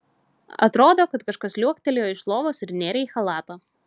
atrodo kažkas liuoktelėjo iš lovos ir nėrė į chalatą